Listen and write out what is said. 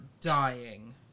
dying